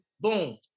boom